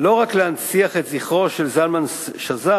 לא רק להנציח את זכרו של זלמן שזר,